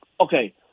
Okay